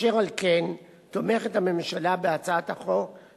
אשר על כן תומכת הממשלה בהצעת החוק,